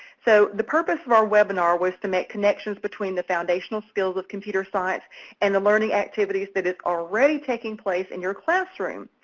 so the purpose of our webinar was to make connections between the foundational skills of computer science and the learning activities that is already taking place in your classroom.